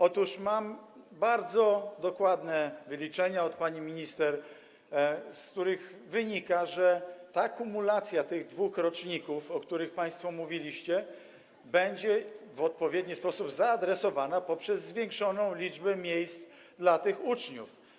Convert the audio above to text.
Otóż mam bardzo dokładne wyliczenia od pani minister, z których wynika, że kumulacja tych dwóch roczników, o których państwo mówiliście, będzie w odpowiedni sposób zaadresowana poprzez zwiększoną liczbę miejsc dla tych uczniów.